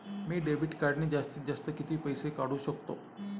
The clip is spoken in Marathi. मी डेबिट कार्डने जास्तीत जास्त किती पैसे काढू शकतो?